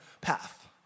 path